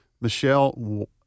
Michelle